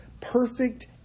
perfect